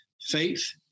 faith